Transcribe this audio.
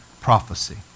prophecy